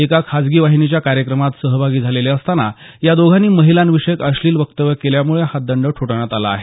एका खाजगी वाहिनीच्या कार्यक्रमात सहभागी झालेले असतांना या दोघांनी महिलांविषयी अश्लील वक्तव्य केल्यामुळे हा दंड ठोठावण्यात आला आहे